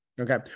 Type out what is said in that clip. okay